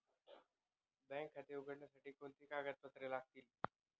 Bank खाते उघडण्यासाठी कोणती कागदपत्रे लागतील?